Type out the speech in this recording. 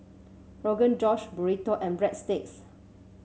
Rogan Josh Burrito and Breadsticks